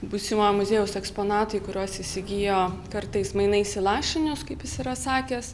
būsimojo muziejaus eksponatai kuriuos įsigijo kartais mainais į lašinius kaip jis yra sakęs